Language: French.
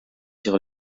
sur